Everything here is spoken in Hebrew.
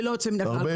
ללא יוצא מן הכלל,